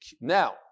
Now